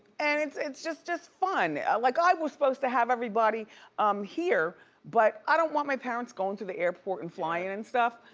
and it's it's just just fun. yeah like i was supposed to have everybody um here but i don't want my parents going to the airport and flyin' and stuff.